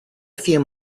few